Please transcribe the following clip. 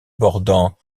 bordant